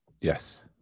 yes